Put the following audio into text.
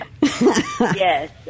Yes